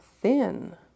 thin